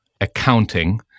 accounting